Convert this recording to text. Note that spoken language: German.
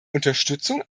unterstützung